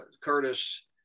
Curtis